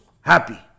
happy